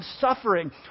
suffering